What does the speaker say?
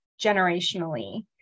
generationally